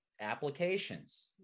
applications